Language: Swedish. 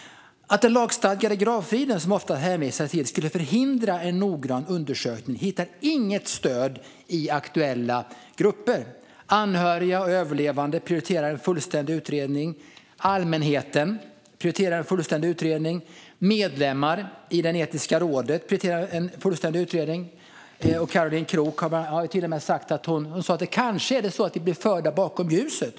Att den lagstadgade gravfriden som ofta hänvisas till skulle förhindra en noggrann undersökning hittar inget stöd i aktuella grupper. Anhöriga och överlevande prioriterar en fullständig utredning. Allmänheten prioriterar en fullständig utredning. Medlemmar i det etiska rådet prioriterar en fullständig utredning - Caroline Krook har till och med sagt att de kanske blev förda bakom ljuset.